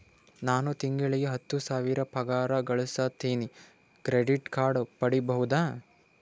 ನಾನು ತಿಂಗಳಿಗೆ ಹತ್ತು ಸಾವಿರ ಪಗಾರ ಗಳಸತಿನಿ ಕ್ರೆಡಿಟ್ ಕಾರ್ಡ್ ಪಡಿಬಹುದಾ?